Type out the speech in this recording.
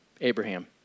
Abraham